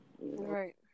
Right